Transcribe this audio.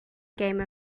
game